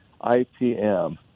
IPM